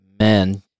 Amen